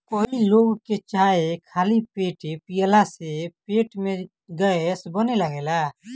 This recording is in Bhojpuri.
कई लोग के चाय खाली पेटे पियला से पेट में गैस बने लागेला